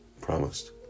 promised